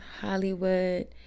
Hollywood